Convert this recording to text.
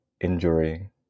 injury